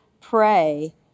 pray